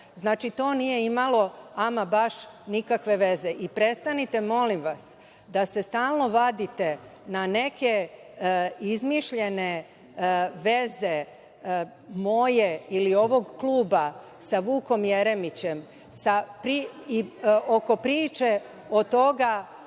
Znači, to nije imalo ama baš nikakva veze i prestanite molim vas da se stalno vadite na neke izmišljene veze moje ili ovog kluba sa Vukom Jeremićem oko priče od toga